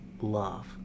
love